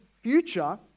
future